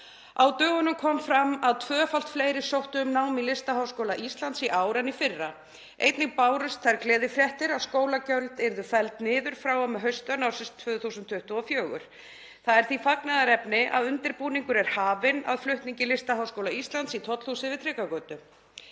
Á dögunum kom fram að tvöfalt fleiri sóttu um nám í Listaháskóla Íslands í ár en í fyrra. Einnig bárust þær gleðifréttir að skólagjöld yrðu felld niður frá og með haustönn ársins 2024. Því er fagnaðarefni að undirbúningur sé hafinn að flutningi Listaháskóla Íslands í Tollhúsið við Tryggvagötu.